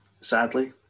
sadly